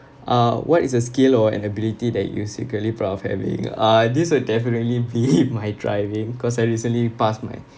uh what is a skill or an ability that you secretly proud of having uh this would definitely be my driving cause I recently passed my